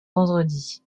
vendredi